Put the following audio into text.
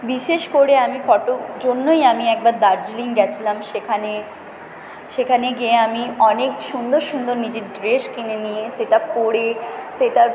বিশেষ করে আমি ফটোর জন্যই আমি একবার দার্জিলিং গিয়েছিলাম সেখানে সেখানে গিয়ে আমি অনেক সুন্দর সুন্দর নিজের ড্রেস কিনে নিয়ে সেটা পরে সেটার